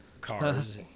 Cars